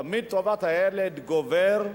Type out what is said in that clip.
תמיד טובת הילד גוברת.